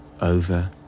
over